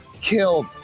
killed